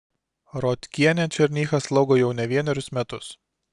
rotkienė černychą slaugo jau ne vienerius metus